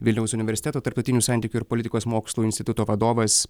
vilniaus universiteto tarptautinių santykių ir politikos mokslų instituto vadovas